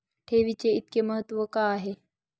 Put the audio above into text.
ठेवीचे इतके महत्व का आहे?